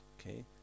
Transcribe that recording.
okay